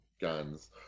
guns